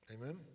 Amen